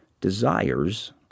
desires